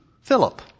Philip